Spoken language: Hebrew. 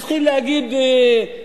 התחיל להגיד,